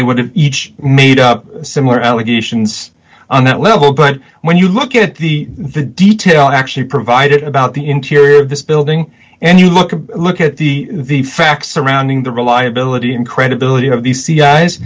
they would have each made up similar allegations on that level but when you look at the the detail actually provided about the interior of this building and you look at look at the the facts surrounding the reliability and credibility of